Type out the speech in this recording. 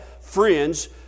friends